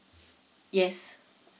yes